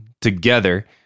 together